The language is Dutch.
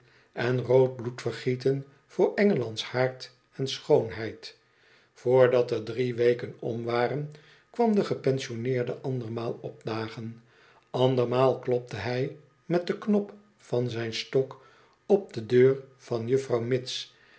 en rood bloedvergieten voor engeland's haard en schoonheid voordat er drie weken om waren kwam de gepensioneerde andermaal opdagen andermaal klopte hij met den knop van zijn stok op de deur van juffrouw mitts